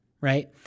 right